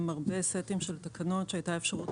גם בכלי טיס וגם בכלי שיט תהיה אפשרות